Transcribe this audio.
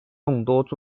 众多